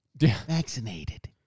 Vaccinated